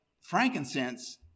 frankincense